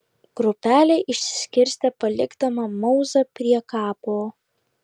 grupelė išsiskirstė palikdama mauzą prie kapo